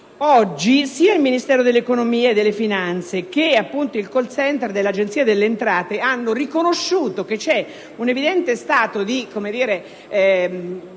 Oggi sia il Ministero dell'economia e delle finanze che il *call center* dell'Agenzia delle entrate hanno riconosciuto che è necessario